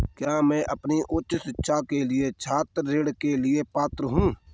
क्या मैं अपनी उच्च शिक्षा के लिए छात्र ऋण के लिए पात्र हूँ?